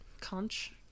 conch